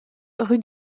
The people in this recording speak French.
rue